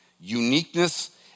uniqueness